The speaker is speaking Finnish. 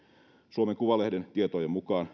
suomen kuvalehden tietojen mukaan